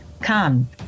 Come